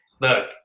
look